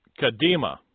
Kadima